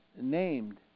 named